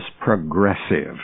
progressive